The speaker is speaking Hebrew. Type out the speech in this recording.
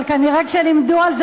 אבל כנראה כשלימדו על זה,